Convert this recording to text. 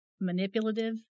manipulative